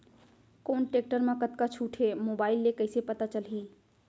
कोन टेकटर म कतका छूट हे, मोबाईल ले कइसे पता चलही?